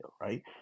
Right